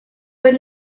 were